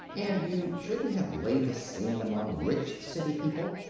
and you shouldn't have laid the scene among rich city people.